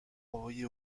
renvoyés